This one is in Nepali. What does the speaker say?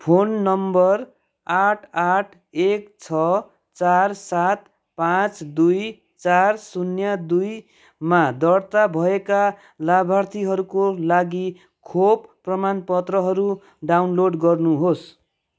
फोन नम्बर आठ आठ एक छ चार सात पाचँ दुई चार शून्य दुईमा दर्ता भएका लाभार्थीहरूको लागि खोप प्रमाणपत्रहरू डाउनलोड गर्नुहोस्